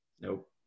Nope